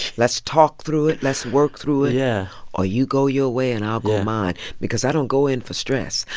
let's talk through it. let's work through it yeah or you go your way, and i'll go mine yeah because i don't go in for stress.